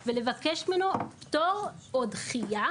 ולבקש ממנו פטור או דחייה